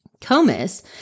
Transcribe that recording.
Comus